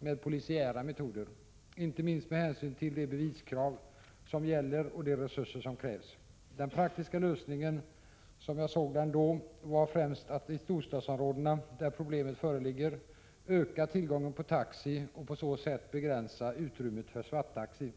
med polisiära metoder, inte minst med hänsyn till de beviskrav som gäller och de resurser som krävs. Den praktiska lösningen som jag såg den var främst att i storstadsområdena — där problemet föreligger — öka tillgången på taxi och på så sätt begränsa utrymmet för svarttaxi.